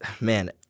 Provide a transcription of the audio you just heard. man